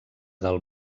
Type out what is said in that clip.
del